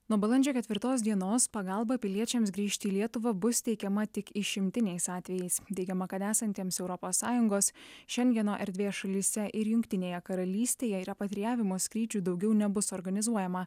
nuo balandžio ketvirtos dienos pagalba piliečiams grįžti į lietuvą bus teikiama tik išimtiniais atvejais teigiama kad esantiems europos sąjungos šengeno erdvės šalyse ir jungtinėje karalystėje repatrijavimo skrydžių daugiau nebus organizuojama